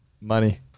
Money